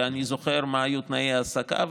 ואני זוכר מה היו תנאי ההעסקה,